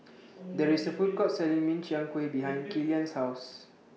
There IS A Food Court Selling Min Chiang Kueh behind Killian's House